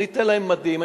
אני אתן להם מדים,